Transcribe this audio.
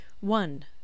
one